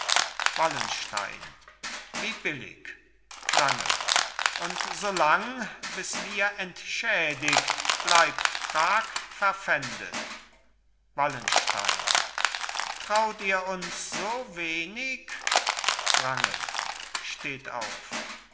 wallenstein wie billig wrangel und so lang bis wir entschädigt bleibt prag verpfändet wallenstein traut ihr uns so wenig wrangel steht auf